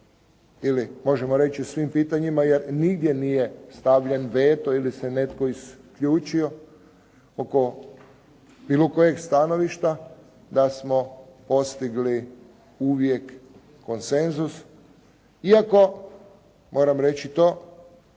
ili možemo reći u svim pitanjima jer nigdje nije stavljen veto ili se netko isključio oko bilo kojeg stanovišta, da smo postigli uvijek konsenzus iako, moram reći to,